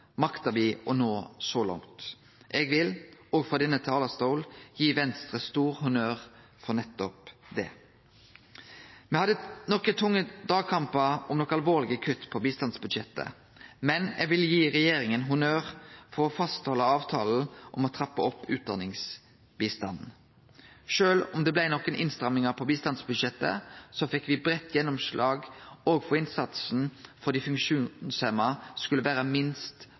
me å nå så langt. Eg vil – òg frå denne talarstolen – gi Venstre stor honnør for nettopp det. Me hadde nokre tunge dragkampar om nokre alvorlege kutt i bistandsbudsjettet, men eg vil gi regjeringa honnør for å halde fast ved avtalen om å trappe opp utdanningsbistanden. Sjølv om det blei nokre innstrammingar på bistandsbudsjettet, fekk me breitt gjennomslag òg for at innsatsen for dei funksjonshemma skulle vere på minst